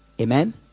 amen